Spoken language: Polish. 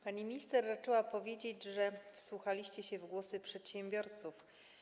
Pani minister raczyła powiedzieć, że wsłuchaliście się w głosy przedsiębiorców.